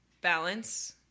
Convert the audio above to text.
balance